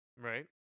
Right